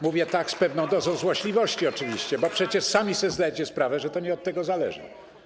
Mówię tak z pewną dozą złośliwości oczywiście, bo przecież sami sobie zdajecie sprawę, że to nie od tego zależy.